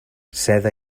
seda